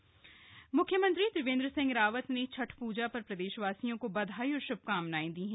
छठ म्ख्यमंत्री त्रिवेन्द्र सिंह रावत ने छठ प्जा पर प्रदेशवासियों को बधाई और श्भकामनाएं दी हैं